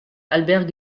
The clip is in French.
albert